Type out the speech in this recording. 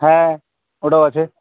হ্যাঁ ওটাও আছে